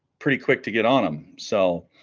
pretty quick to get on him so